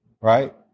Right